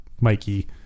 Mikey